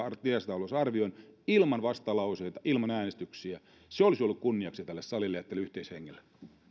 lisätalousarvion ilman vastalauseita ilman äänestyksiä se olisi ollut kunniaksi tälle salille ja tälle yhteishengelle